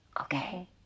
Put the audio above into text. Okay